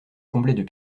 comblaient